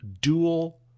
dual